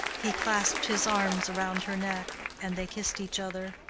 he clasped his arms round her neck, and they kissed each other.